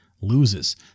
loses